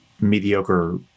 mediocre